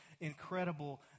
incredible